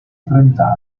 trenta